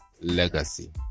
Legacy